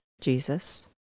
Jesus